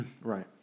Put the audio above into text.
Right